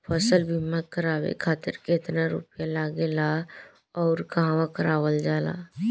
फसल बीमा करावे खातिर केतना रुपया लागेला अउर कहवा करावल जाला?